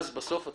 בסוף אתה